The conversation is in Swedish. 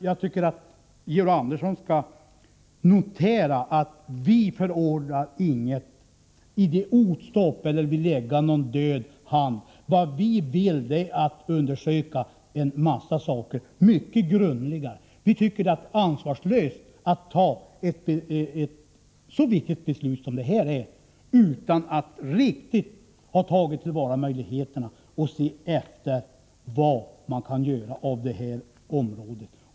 Jag tycker att Georg Andersson skall notera att vi inte förordar något idiotstopp eller vill lägga en förlamande hand över skogsnäringen. Vad vi vill är att undersöka en hel rad saker mycket grundligare. Vi tycker det är ansvarslöst att ta ett så viktigt beslut som det här är utan att riktigt ha tagit vara på möjligheterna och sett efter vad man kan göra med det här området.